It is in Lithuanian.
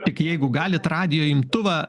tik jeigu galit radijo imtuvą